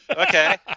Okay